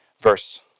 verse